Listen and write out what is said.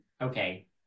Okay